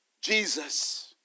Jesus